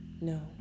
No